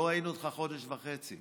לא ראינו אותך חודש וחצי.